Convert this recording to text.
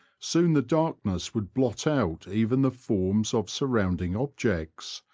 soon the darkness would blot out even the forms of surrounding objects,